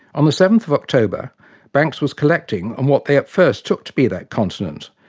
um seven so october banks was collecting on what they at first took to be that continent,